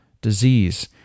disease